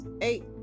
eight